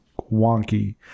wonky